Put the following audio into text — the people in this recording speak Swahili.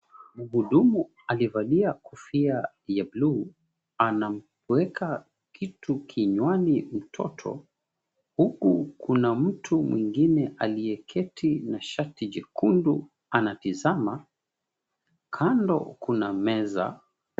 Mhudumu aliyevalia kofia ya buluu, anamweka kitu kinywani mtoto. Huku kuna mtu mwingine aliyeketi na shati jekundu anatazama, kando kuna meza.